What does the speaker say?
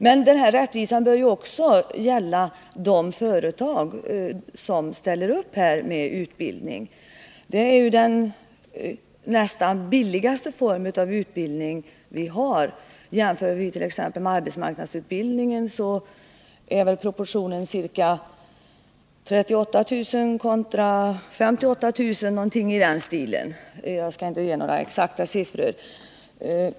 Men den här rättvisan bör också gälla de företag som ställer upp med utbildning. Det är ju nästan den billigaste form av utbildning som vi har. I jämförelse med t.ex. arbetsmarknadsutbildningen är väl proportionen ca 38 000 kontra 58 000 —-jag skall inte ge några exakta siffror.